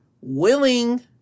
willing